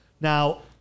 Now